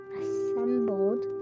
assembled